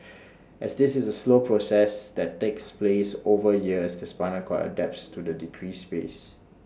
as this is A slow process that takes place over years the spinal cord adapts to the decreased space